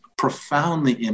profoundly